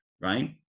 right